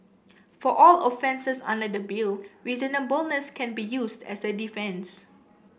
for all offences under the Bill reasonableness can be used as a defence